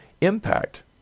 impact